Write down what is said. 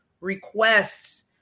requests